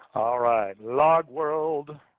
right. logworld,